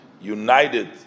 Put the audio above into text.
united